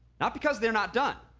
not because they're not done.